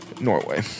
Norway